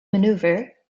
manoeuvre